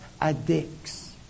addicts